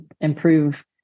improve